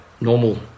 normal